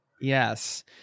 yes